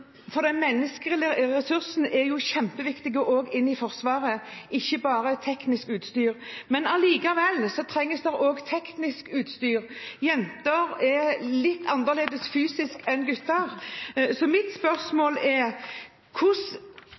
for også den menneskelige ressursen er kjempeviktig i Forsvaret, ikke bare teknisk utstyr. Likevel trengs det også teknisk utstyr. Jenter er litt annerledes fysisk enn gutter, så mitt spørsmål er: